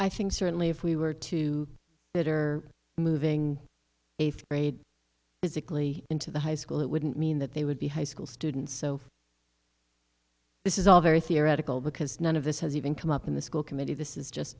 i think certainly if we were to that are moving eighth grade basically into the high school it wouldn't mean that they would be high school students so this is all very theoretical because none of this has even come up in the school committee this is just